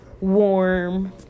warm